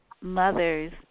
mothers